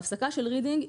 את ההפסקה של רידינג,